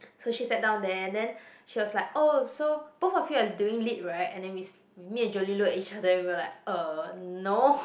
so she sat down there and then she was like oh so both of you are doing Lit right and then we s~ me and Jolene look at each other and we were like err no